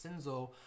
Sinzo